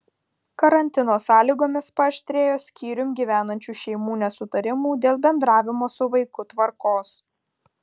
karantino sąlygomis paaštrėjo skyrium gyvenančių šeimų nesutarimų dėl bendravimo su vaiku tvarkos